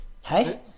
Hey